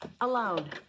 Alone